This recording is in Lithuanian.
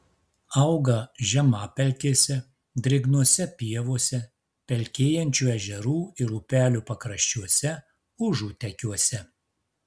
auga žemapelkėse drėgnose pievose pelkėjančių ežerų ir upelių pakraščiuose užutekiuose